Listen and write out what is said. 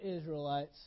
Israelites